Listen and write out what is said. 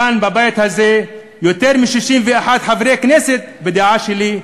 וכאן בבית הזה יותר מ-61 חברי כנסת בדעה שלי,